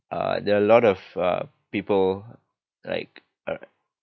uh there are a lot of uh people like uh